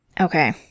Okay